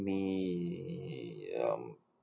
me um